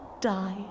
die